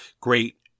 great